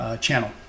channel